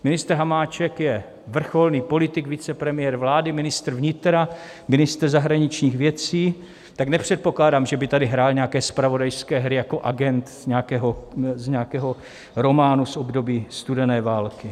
Ministr Hamáček je vrcholný politik, vicepremiér vlády, ministr vnitra, ministr zahraničních věcí, tak nepředpokládám, že by tady hrál nějaké zpravodajské hry jako agent z nějakého románu z období studené války.